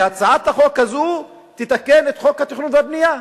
והצעת החוק הזו תתקן את חוק התכנון והבנייה.